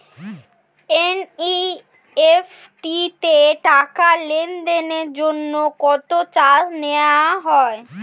NEFT তে টাকা লেনদেনের জন্য কত চার্জ নেয়া হয়?